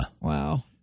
Wow